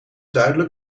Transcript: duidelijk